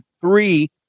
three